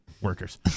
workers